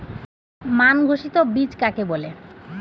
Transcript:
মান ঘোষিত বীজ কাকে বলে?